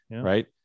Right